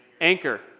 Anchor